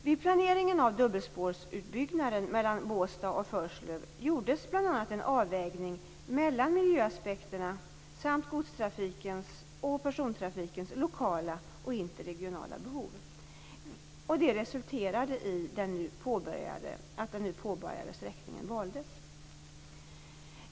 Vid planeringen av dubbelspårutbyggnaden mellan Båstad och Förslöv gjordes bl.a. en avvägning mellan miljöaspekterna samt godstrafikens och persontrafikens lokala och interregionala behov, vilket resulterade i att den nu påbörjade sträckningen valdes.